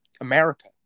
America